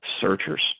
searchers